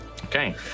Okay